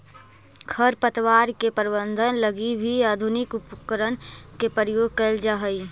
खरपतवार के प्रबंधन लगी भी आधुनिक उपकरण के प्रयोग कैल जा हइ